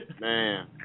Man